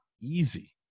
easy